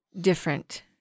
different